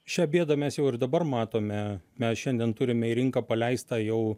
šią bėdą mes jau ir dabar matome mes šiandien turime į rinką paleistą jau